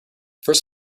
first